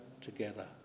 together